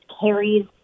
carries